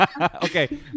okay